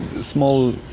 small